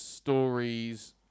stories